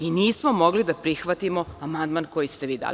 I nismo mogli da prihvatimo amandman koji ste vi dali.